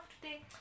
today